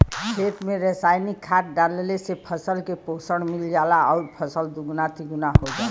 खेत में रासायनिक खाद डालले से फसल के पोषण मिल जाला आउर फसल दुगुना तिगुना हो जाला